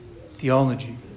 theology